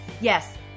Yes